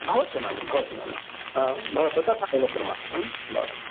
भवतु नाम भवतु नाम भवतु तथैव कुर्मः भवतु